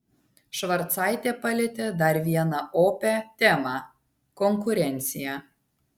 švarcaitė palietė dar vieną opią temą konkurenciją